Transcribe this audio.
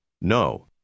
No